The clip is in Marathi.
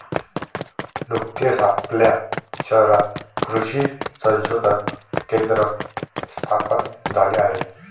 नुकतेच आपल्या शहरात कृषी संशोधन केंद्र स्थापन झाले आहे